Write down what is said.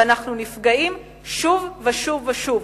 ואנחנו נפגעים שוב ושוב ושוב.